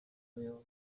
umuyonga